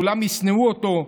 כולם ישנאו אותו.